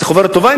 זאת חוברת טובה,